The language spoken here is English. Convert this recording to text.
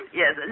yes